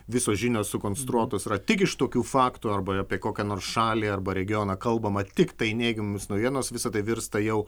visos žinios sukonstruotos yra tik iš tokių faktų arba apie kokią nors šalį arba regioną kalbama tiktai neigiamos naujienos visa tai virsta jau